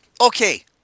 Okay